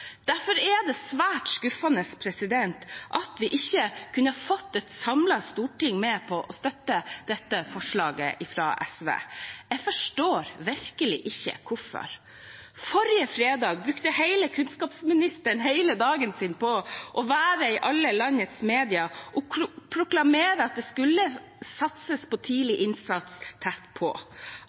Derfor er det svært skuffende at vi ikke kunne få et samlet storting med på å støtte dette forslaget fra SV. Jeg forstår virkelig ikke hvorfor. Forrige fredag brukte kunnskapsministeren hele dagen sin på å være i alle landets medier og proklamere at det skulle satses på tidlig innsats tett på.